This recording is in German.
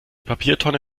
papiertonne